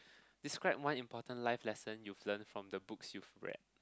describe one important life lesson you've learnt from the books you've read